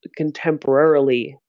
contemporarily